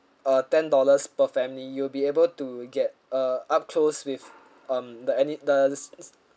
uh ten dollars per family you'll be able to get uh up close with um the ani~ the